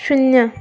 शून्य